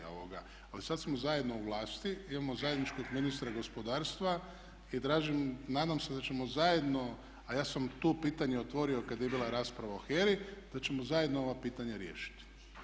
Ali sad smo zajedno u vlasti, imamo zajedničkog ministra gospodarstva i nadam se da ćemo zajedno a ja sam to pitanje otvorio kad je bila rasprava o HERA-i, da ćemo zajedno ova pitanja riješiti.